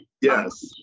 Yes